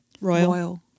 Royal